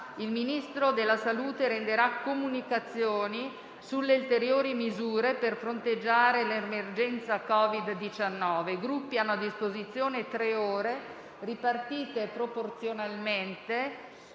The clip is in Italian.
il Ministro della salute renderà comunicazioni sulle ulteriori misure per fronteggiare l'emergenza Covid-19. I Gruppi hanno a disposizione tre ore, ripartite proporzionalmente,